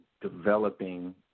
developing